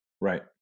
Right